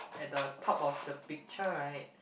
at the top of the picture right